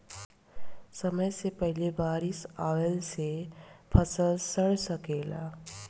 समय से पहिले बारिस अइला से फसल सडिओ सकेला